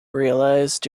realized